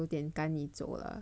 赶你走了 ah